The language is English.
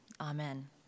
Amen